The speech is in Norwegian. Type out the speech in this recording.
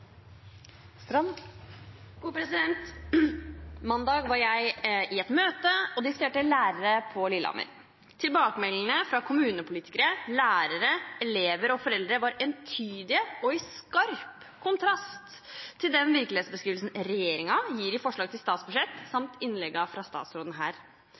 mandag var jeg i et møte på Lillehammer og diskuterte lærerne. Tilbakemeldingene fra kommunepolitikere, lærere, elever og foreldre var entydige og står i skarp kontrast til den virkelighetsbeskrivelsen regjeringen gir i forslaget til statsbudsjett, samt innleggene fra statsråden her